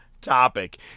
topic